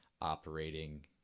operating